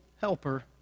helper